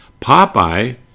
Popeye